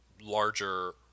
larger